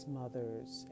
mothers